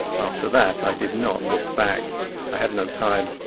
after that i did not look back i had no time.